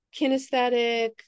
Kinesthetic